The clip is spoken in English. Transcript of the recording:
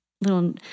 little